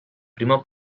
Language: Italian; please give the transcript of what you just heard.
primo